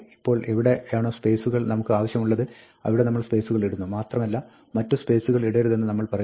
ഇപ്പോൾ എവിടെയാണോ സ്പേസുകൾ നമുക്ക് ആവശ്യമുള്ളത് അവിടെ നമ്മൾ സ്പേസുകൾ ഇടുന്നു മാത്രമല്ല മറ്റു സ്പേസുകൾ ഇടരുതെന്ന് നമ്മൾ പറയുന്നു